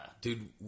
Dude